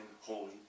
holy